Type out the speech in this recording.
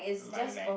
Lilac